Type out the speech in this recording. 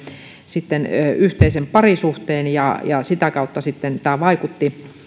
yhteisen parisuhteen ja ja sitä kautta sitten